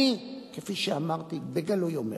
אני, כפי שאמרתי, בגלוי אומר,